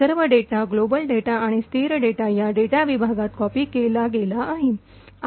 सर्व data global data आणि स्थिर डेटा या डेटा विभागात कॉपी केला गेला आहे